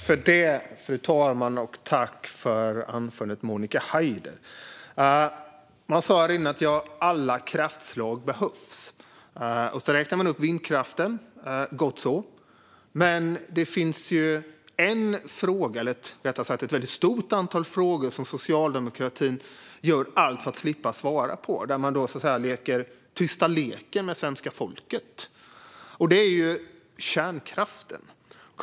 Fru talman! Jag tackar ledamoten Monica Haider för anförandet. Ledamoten sa att alla kraftslag behövs, och så räknade hon upp vindkraften. Gott så! Men det finns ju en fråga - eller rättare sagt ett stort antal frågor - som socialdemokratin gör allt för att slippa svara på och där man leker tysta leken med svenska folket, och det är kärnkraften.